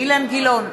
אילן גילאון,